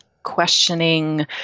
questioning